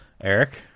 Eric